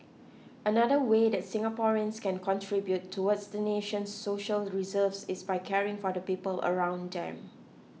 another way that Singaporeans can contribute towards the nation's social reserves is by caring for the people around them